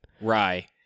rye